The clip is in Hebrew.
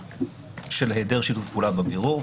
של היעדר שיתוף פעולה בבירור,